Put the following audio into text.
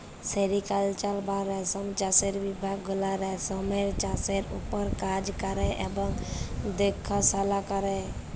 sericulture বা রেশম চাষের বিভাগ গুলা রেশমের চাষের উপর কাজ ক্যরে এবং দ্যাখাশলা ক্যরে